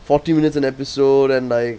forty minutes an episode and like